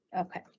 Okay